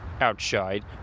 Outside